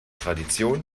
tradition